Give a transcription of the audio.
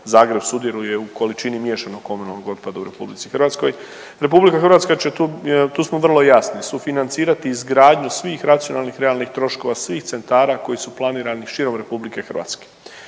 Zagreb sudjeluje u količini miješanog komunalnog otpada u RH. RH tu smo vrlo jasni sufinancirati izgradnju svih racionalnih realnih troškova svih centara koji su planirani širom RH, pa tako